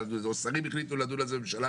לדון על זה או שרים החליטו לדון על זה בממשלה,